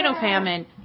famine